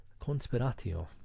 conspiratio